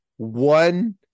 One